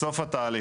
בסוף התהליך,